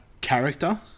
character